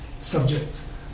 subjects